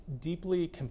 deeply